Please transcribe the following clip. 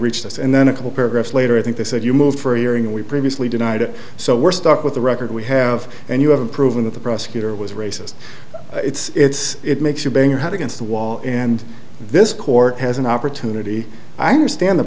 reach this and then a couple paragraphs later i think they said you moved for hearing we previously denied it so we're stuck with the record we have and you haven't proven that the prosecutor was racist it's it makes you bang your head against the wall and this court has an opportunity i understand the